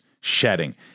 shedding